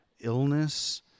illness